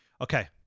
Okay